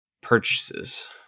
purchases